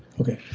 Okay